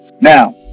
Now